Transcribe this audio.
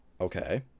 Okay